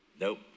nope